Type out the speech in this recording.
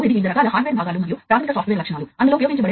మీరు field bus లో ఒకే జత వైర్లపై వేలాది వేరియబుల్స్ ను పంపవచ్చు